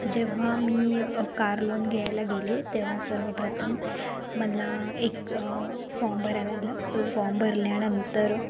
जेव्हा मी अ कार लोन घ्यायला गेले तेव्हा सर्वप्रथम मला एक फॉम भरायला दिला तो फॉम भरल्यानंतर